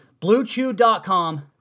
BlueChew.com